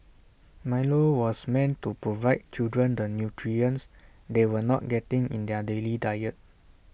milo was meant to provide children the nutrients they were not getting in their daily diet